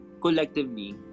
collectively